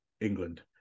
England